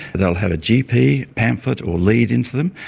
they'll have a gp pamphlet or lead into them.